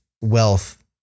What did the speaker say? wealth